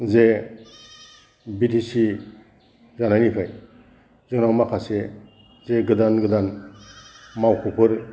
जे B T C जानायनिफ्राय जोंनाव माखासे जे गोदान गोदान मावख'फोर